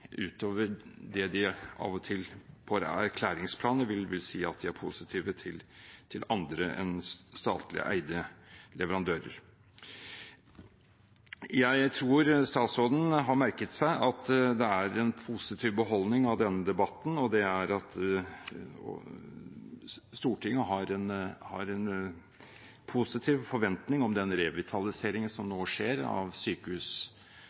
utover det at de av og til i erklæringsplaner vil si at de er positive til andre enn statlig eide leverandører. Jeg tror statsråden har merket seg at det er en positiv beholdning av denne debatten, og det er at Stortinget har en positiv forventning om den revitalisering som nå skjer av